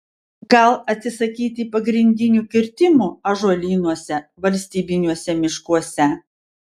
gal atsisakyti pagrindinių kirtimų ąžuolynuose valstybiniuose miškuose